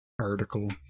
article